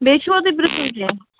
بیٚیہِ چھُوا تۄہہِ پرٕٛژھُن کیٚنٛہہ